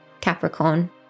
Capricorn